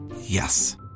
Yes